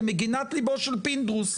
למגינת ליבו של פינדרוס.